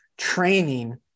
training